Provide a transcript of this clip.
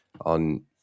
on